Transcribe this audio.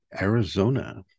Arizona